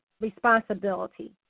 responsibility